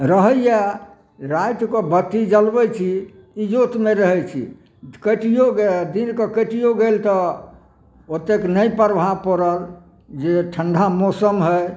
रहैया रातिकऽ बत्ती जलबै छी इजोतमे रहै छी कटियो गेल दिनकऽ कटियो गेल तऽ ओत्तेक नहि प्रभाव पड़ल जे ठण्ढा मौसम हइ